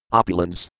opulence